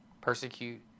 persecute